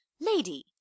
Lady